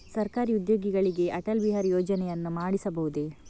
ಸರಕಾರಿ ಉದ್ಯೋಗಿಗಳಿಗೆ ಅಟಲ್ ಬಿಹಾರಿ ಯೋಜನೆಯನ್ನು ಮಾಡಿಸಬಹುದೇ?